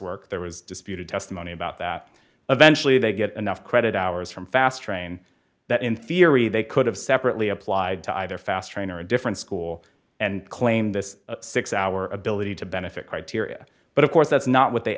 coursework there was disputed testimony about that eventually they get enough credit hours from fast train that in theory they could have separately applied to either fast train or a different school and claim this six hour ability to benefit criteria but of course that's not what they